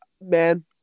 man